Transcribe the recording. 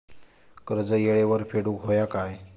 कर्ज येळेवर फेडूक होया काय?